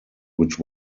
which